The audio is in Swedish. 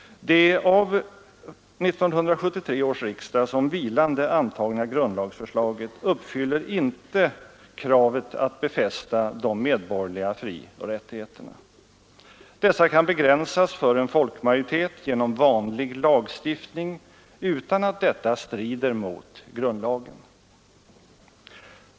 Det av 1973 års riksdag som vilande antagna grundlagsförslaget uppfyller inte kravet att befästa de medborgerliga frioch rättigheterna. Dessa kan begränsas för en folkmajoritet genom vanlig lagstiftning utan att detta strider mot grundlagen.